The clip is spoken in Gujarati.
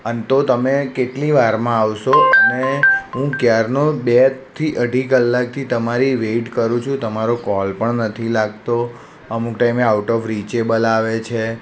અન તો તમે કેટલીવારમાં આવશો અને હું ક્યારનો બેથી અઢી કલાકથી તમારી વેટ કરું છું તમારો કોલ પણ નથી લાગતો અમુક ટાઇમે આઉટ ઓફ રિચેબલ આવે છે